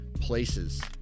places